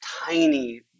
tiny